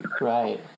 Right